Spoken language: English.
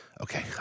Okay